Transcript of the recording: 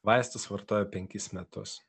vaistus vartoju penkis metus